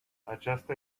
aceasta